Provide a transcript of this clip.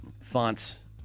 fonts